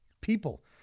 people